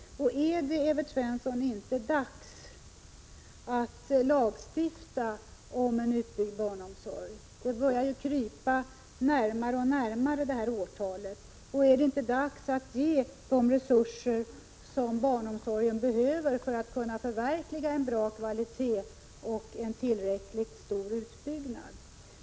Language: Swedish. Är det inte, Evert Svensson, dags att lagstifta om en utbyggd barnomsorg? Årtalet 1991 kryper ju närmare och närmare. Är det inte också dags att ge barnomsorgen de resurser som behövs för att den skall få god kvalitet och bygga ut den i tillräcklig omfattning?